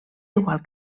igual